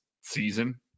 season